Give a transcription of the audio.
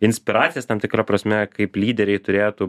inspiracijas tam tikra prasme kaip lyderiai turėtų